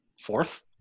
Fourth